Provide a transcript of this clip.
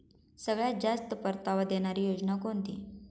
सगळ्यात जास्त परतावा देणारी योजना कोणती?